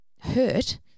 hurt